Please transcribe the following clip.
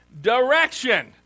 direction